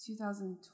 2012